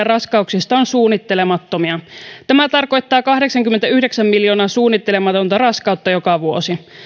raskauksista on suunnittelemattomia tämä tarkoittaa kahdeksankymmentäyhdeksän miljoonaa suunnittelematonta raskautta joka vuosi